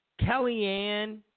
Kellyanne